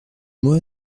moi